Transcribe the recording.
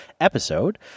episode